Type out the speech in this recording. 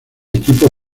equipo